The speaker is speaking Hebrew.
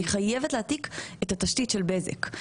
היא חייבת להעתיק את התשתית של בזק.